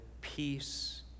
peace